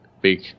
big